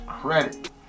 credit